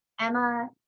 Emma